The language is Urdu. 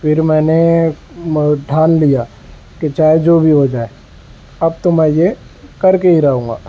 پھر میں نے ٹھان لیا کہ چاہے جو بھی ہو جائے اب تو میں یہ کر کے ہی رہوں گا